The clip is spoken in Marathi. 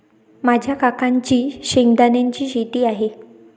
माझ्या काकांची शेंगदाण्याची शेती आहे